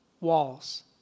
Walls